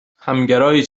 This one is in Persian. همگرای